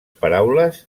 paraules